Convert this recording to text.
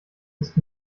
ist